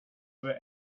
other